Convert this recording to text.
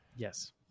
Yes